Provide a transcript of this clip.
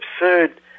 absurd